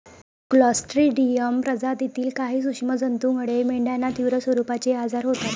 Clostridium प्रजातीतील काही सूक्ष्म जंतूमुळे मेंढ्यांना तीव्र स्वरूपाचे आजार होतात